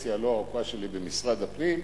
בקדנציה הלא-ארוכה שלי במשרד הפנים,